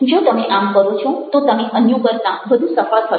જો તમે આમ કરો છો તો તમે અન્યો કરતાં વધુ સફળ થશો